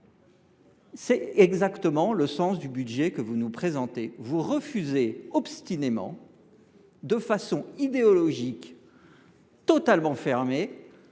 C’est précisément le sens du budget que vous nous présentez. Vous refusez obstinément, de façon idéologique et totalement fermée,